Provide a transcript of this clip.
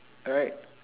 alright